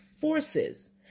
forces